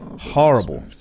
Horrible